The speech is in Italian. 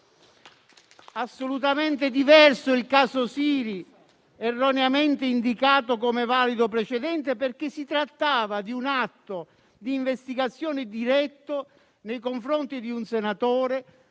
Assolutamente diverso il caso Siri, erroneamente indicato come valido precedente, perché si trattava di un atto di investigazione diretto nei confronti di un senatore,